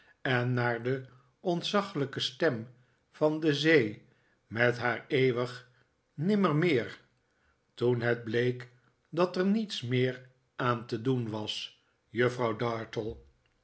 en naar de ontzaglijke stem van de zee met haar eeuwig nimmermeer toen het bleek dat er niets meer aan te doen was juffrouw dartle